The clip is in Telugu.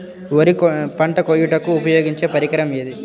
వరి పంట కోయుటకు ఉపయోగించే పరికరం ఏది?